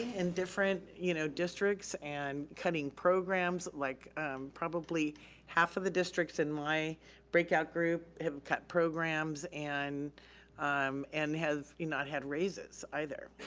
and different you know districts and cutting programs like probably half of the districts in my breakout group have cut programs and um and have, you not have raises either.